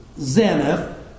Zenith